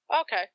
Okay